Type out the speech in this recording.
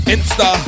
Insta